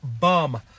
bum